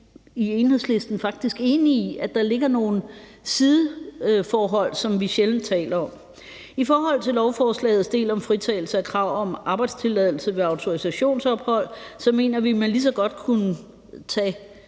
i Enhedslisten faktisk enige i: at der ligger nogle sideforhold, som vi sjældent taler om. I forhold til lovforslagets del om fritagelse fra krav om arbejdstilladelse ved autorisationsophold mener vi, at man lige så godt kunne tage